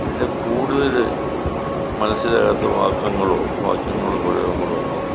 പിന്നെ കൂടുതൽ മനസിലാകാത്ത വാക്കങ്ങളോ വാക്യങ്ങളോ പ്രയോഗങ്ങളോ ഒന്നും